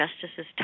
Justices